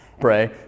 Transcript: Pray